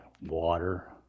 water